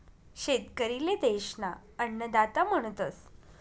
शेतकरी ले देश ना अन्नदाता म्हणतस